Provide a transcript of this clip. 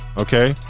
Okay